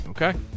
Okay